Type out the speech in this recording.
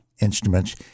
instruments